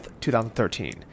2013